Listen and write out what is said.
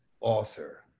author